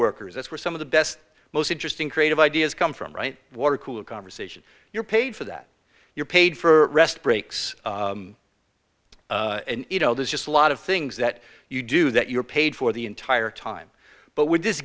workers that's where some of the best most interesting creative ideas come from right water cooler conversation you're paid for that you're paid for rest breaks you know there's just a lot of things that you do that you're paid for the entire time but with this